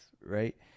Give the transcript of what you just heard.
right